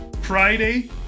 Friday